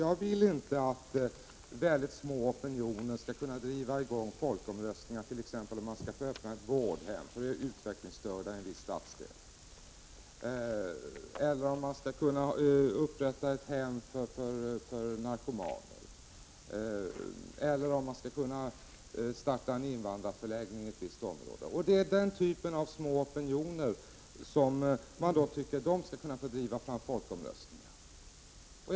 Jag vill inte att mycket små opinioner skall kunna driva fram folkomröstningar t.ex. om huruvida man skall få öppna ett vårdhem för utvecklingsstörda i en viss stadsdel, om huruvida det skall kunna upprättas ett hem för narkomaner eller om huruvida man skall få starta en invandrarförläggning inom ett visst område. Det är den typen av små opinioner som man tycker skall få möjlighet att driva fram folkomröstningar.